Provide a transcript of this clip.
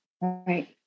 Right